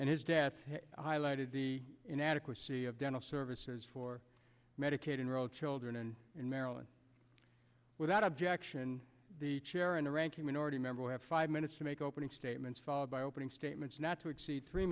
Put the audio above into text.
and his death highlighted the inadequacy of dental services for medicaid enroll children in maryland without objection the chair and ranking minority member will have five minutes to make opening statements followed by opening statements not to exceed three